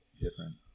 different